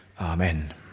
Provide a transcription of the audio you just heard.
Amen